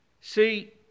See